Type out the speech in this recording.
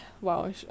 wow